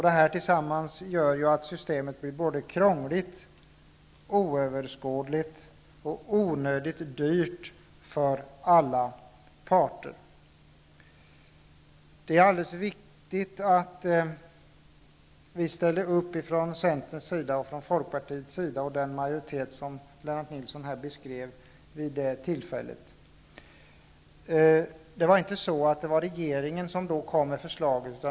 Detta gör att systemet blir krångligt, oöverskådligt och onödigt dyrt för alla parter. Det är riktigt att Centern, Folkpartiet och den majoritet som Lennart Nilsson beskrev ställde upp vid det tillfället. Det var inte regeringen som kom med förslaget.